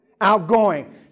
Outgoing